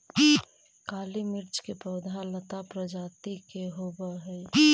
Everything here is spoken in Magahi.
काली मिर्च के पौधा लता प्रजाति के होवऽ हइ